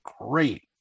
great